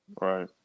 Right